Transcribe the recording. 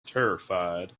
terrified